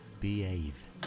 Behave